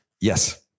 Yes